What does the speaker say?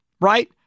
right